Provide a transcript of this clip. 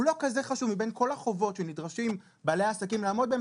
מבין כל החובות שנדרשים בעלי העסקים לעמוד בהם,